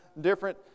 different